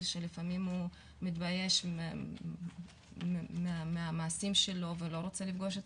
שלפעמים הוא מתבייש במעשים שלו ולא רוצה לפגוש את